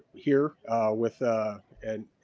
here with an